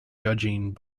judging